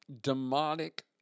demonic